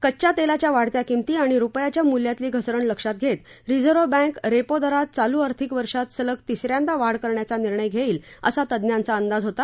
कच्चा तेलाच्या वाढत्या किमती आणि रुपयाच्या मूल्यातही घसरण लक्षात घेत रिझर्व्ह बँक रेपो दरात चालू आर्थिक वर्षात सलग तिस यांदा वाढ करण्याचा निर्णय घेईल असा तज्ञांचा अंदाज होता